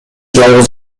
жалгыз